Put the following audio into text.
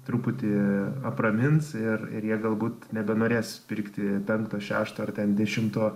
truputį apramins ir ir jie galbūt nebenorės pirkti penkto šešto ar ten dešimto